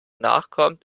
nachkommt